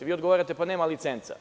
Vi odgovarate, pa nema licenca.